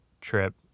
trip